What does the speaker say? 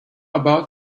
about